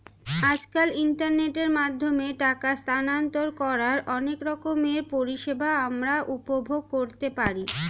আজকাল ইন্টারনেটের মাধ্যমে টাকা স্থানান্তর করার অনেক রকমের পরিষেবা আমরা উপভোগ করতে পারি